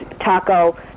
Taco